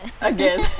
again